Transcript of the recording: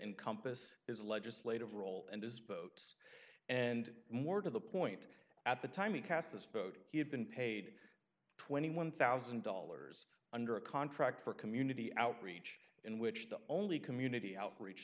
encompass his legislative role and his votes and more to the point at the time he cast this vote he had been paid twenty one thousand dollars under a contract for community outreach in which the only community outreach